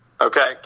Okay